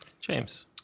James